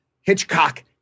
Hitchcock